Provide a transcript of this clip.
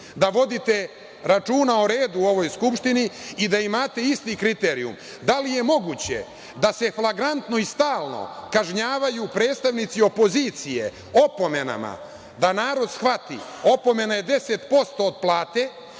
da vodite računa o redu u ovoj Skupštini i da imate isti kriterijum. Da li je moguće da se flagrantno i stalno kažnjavaju predstavnici opozicije opomenama? Da narod shvati, opomena je 10% od plate,